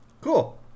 cool